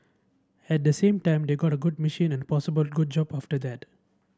at the same time they got a good machine and possibly a good job after that